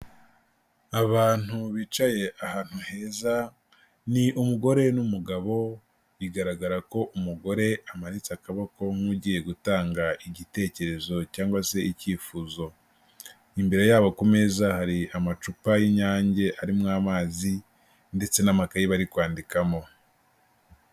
Abantu bicaye ahantu heza, ni umugore n'umugabo bigaragara ko umugore amanitse akaboko nk'ugiye gutanga igitekerezo cyangwa se icyifuzo, imbere yabo ku meza hari amacupa y'Inyange arimo amazi ndetse n'amakayi bari kwandikamo.